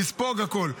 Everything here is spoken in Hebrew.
לספוג הכול.